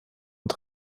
und